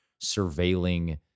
surveilling